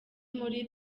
muri